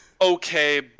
Okay